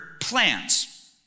plans